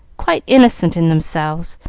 quite innocent in themselves,